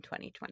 2020